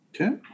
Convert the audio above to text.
Okay